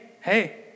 hey